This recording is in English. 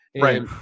right